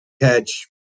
catch